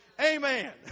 Amen